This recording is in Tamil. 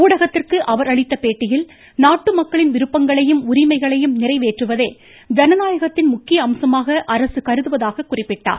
ஊடகத்திற்கு அவர் அளித்த பேட்டியில் நாட்டு மக்களின் விருப்பங்களையும் உரிமைகளையும் நிறைவேற்றுவதே ஜனநாயகத்தின் முக்கிய அம்சமாக அரசு கருதுவதாக குறிப்பிட்டார்